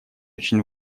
очень